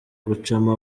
gucamo